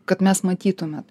kad mes matytume